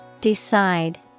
Decide